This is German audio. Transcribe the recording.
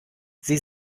sie